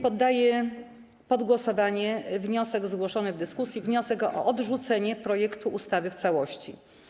Poddaję zatem pod głosowanie zgłoszony w dyskusji wniosek o odrzucenie projektu ustawy w całości.